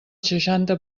seixanta